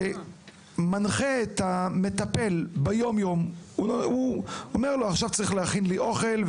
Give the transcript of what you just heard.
שמנחה את המטפל ביום-יום: "עכשיו צריך להכין לי אוכל,